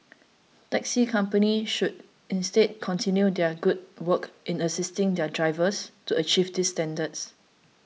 taxi companies should instead continue their good work in assisting their drivers to achieve these standards